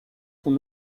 sont